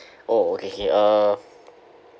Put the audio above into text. !oh! okay okay uh